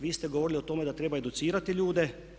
Vi ste govorili o tome da treba educirati ljude.